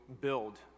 build